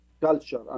culture